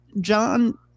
John